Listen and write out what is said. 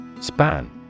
Span